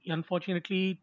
Unfortunately